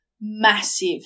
massive